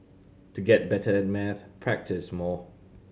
to get better at maths practise more